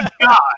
God